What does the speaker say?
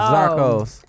Zarcos